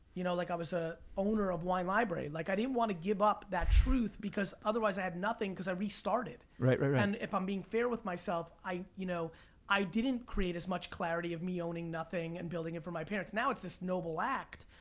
you know like i was a owner of wine library. like i didn't want to give up that truth, because otherwise i had nothing, cause i restarted. if and if i'm being fair with myself, i you know i didn't create as much clarity of me owning nothing, and building it for my parents. now, it's this noble act,